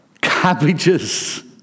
cabbages